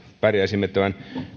pärjäisimme tämän